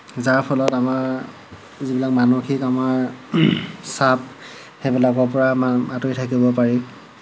যাৰ ফলত আমাৰ যিবিলাক মানসিক আমাৰ চাপ সেইবিলাকৰ পৰা আঁতৰি থাকিব পাৰি